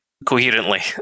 Coherently